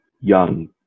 young